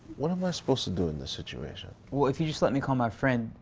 what am i supposed to do in this situation? well, if you just let me call my friend.